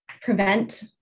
prevent